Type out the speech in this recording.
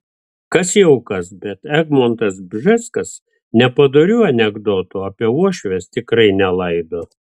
kas jau kas bet egmontas bžeskas nepadorių anekdotų apie uošves tikrai nelaido